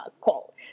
call